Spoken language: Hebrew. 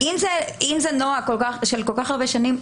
זה נוהג של כל כך הרבה שנים,